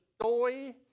story